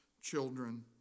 children